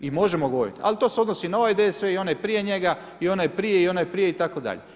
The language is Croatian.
I možemo govoriti, ali to se odnosi na ovaj DSV i onaj prije njega i onaj prije i onaj prije, itd.